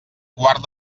quart